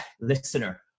listener